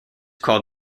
called